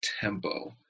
tempo